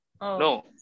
No